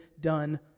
done